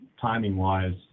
timing-wise